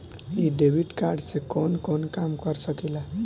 इ debit card से कवन कवन काम कर सकिला?